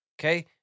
Okay